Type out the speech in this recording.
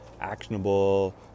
actionable